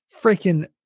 freaking